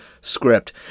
script